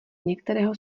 některého